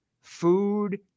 food